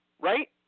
right